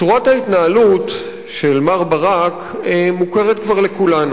צורת ההתנהלות של מר ברק מוכרת כבר לכולנו.